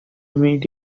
meet